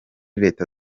leta